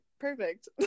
perfect